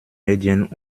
medien